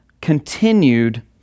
continued